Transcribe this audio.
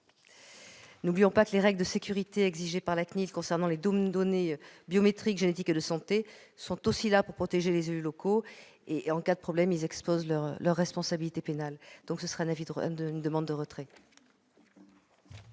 N'oublions pas que les règles de sécurité exigées par la CNIL concernant les données biométriques, génétiques et de santé sont aussi là pour protéger les élus locaux : en cas de problème, ils exposent leur responsabilité pénale. La commission demande le retrait